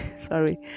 sorry